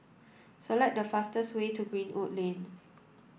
select the fastest way to Greenwood Lane